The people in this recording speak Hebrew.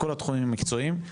בכל התחומים המקצועיים,